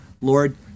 Lord